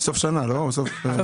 אני